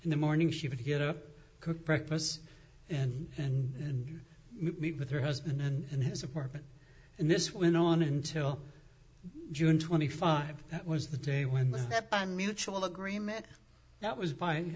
in the morning she would get up cook breakfast and then meet with her husband and his apartment and this went on until june twenty five that was the day when the mutual agreement that was